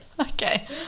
Okay